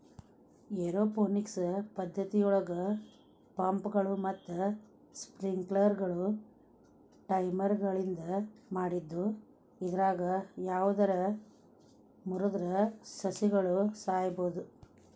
aeroponics ಪದ್ದತಿಯೊಳಗ ಪಂಪ್ಗಳು ಮತ್ತ ಸ್ಪ್ರಿಂಕ್ಲರ್ಗಳು ಟೈಮರ್ಗಳಿಂದ ಮಾಡಿದ್ದು ಇದ್ರಾಗ ಯಾವದರ ಮುರದ್ರ ಸಸಿಗಳು ಸಾಯಬೋದು